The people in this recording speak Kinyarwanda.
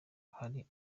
hari